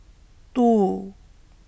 two